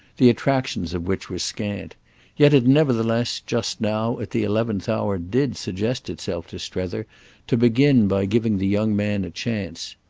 the attractions of which were scant yet it nevertheless, just now, at the eleventh hour, did suggest itself to strether to begin by giving the young man a chance.